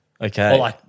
Okay